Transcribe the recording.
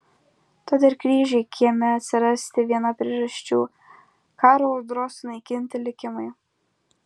tad ir kryžiui kieme atsirasti viena priežasčių karo audros sunaikinti likimai